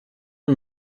and